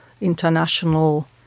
international